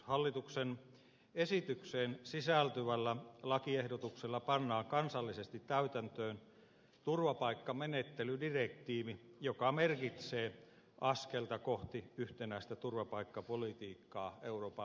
hallituksen esitykseen sisältyvällä lakiehdotuksella pannaan kansallisesti täytäntöön turvapaikkamenettelydirektiivi joka merkitsee askelta kohti yhtenäistä turvapaikkapolitiikkaa euroopan unionissa